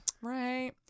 Right